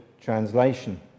translation